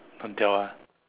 don't tell ah